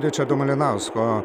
ričardo malinausko